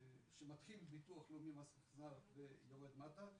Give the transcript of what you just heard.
שמתחיל בביטוח לאומי ומס הכנסה ויורד מטה,